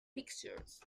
pictures